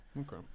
Okay